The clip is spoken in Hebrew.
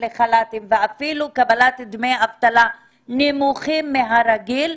לחל"תים ואפילו קבלת דמי אבטלה נמוכים מהרגיל,